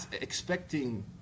expecting